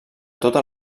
tota